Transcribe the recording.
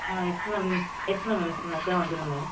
ஆ yes ma'am yes ma'am yes ma'am அதுக்கு தான் வந்திருந்தேன்